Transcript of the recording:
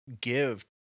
give